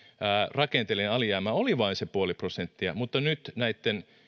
rakenteellinen alijäämä oli vain se puoli prosenttia mutta nyt näitten